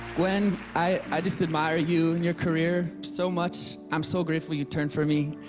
gwen, i i just admire you and your career so much. i'm so grateful you turned for me,